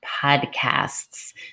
podcasts